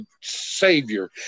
Savior